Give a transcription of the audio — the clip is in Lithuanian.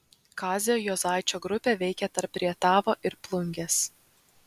kazio juozaičio grupė veikė tarp rietavo ir plungės